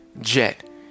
jet